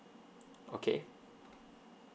okay